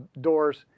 doors